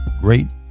Great